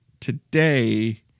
today